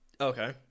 okay